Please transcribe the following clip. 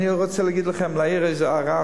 אני רוצה להעיר איזו הערה,